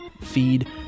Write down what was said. feed